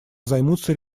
займутся